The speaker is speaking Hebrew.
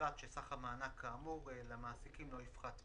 ובלבד שסך המענק כאמור למעסיקים כאמור לא יפחת מ-......"